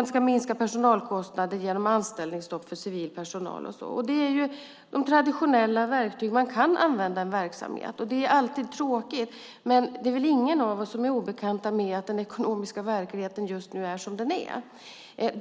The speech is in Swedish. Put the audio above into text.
och minska personalkostnaderna genom anställningsstopp för civil personal. Det är de traditionella verktyg som man kan använda i en verksamhet, och det är alltid tråkigt att behöva göra det. Men det är väl ingen av oss som är obekant med att den ekonomiska verkligheten just nu är som den är.